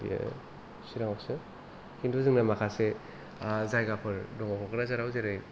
चिरांआवसो खिन्थु जोंना माखासे जायगाफोर दङ क'क्राझाराव जेरै